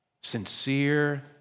sincere